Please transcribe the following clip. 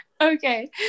Okay